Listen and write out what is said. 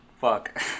Fuck